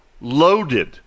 Loaded